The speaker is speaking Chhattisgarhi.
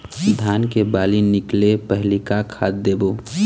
धान के बाली निकले पहली का खाद देबो?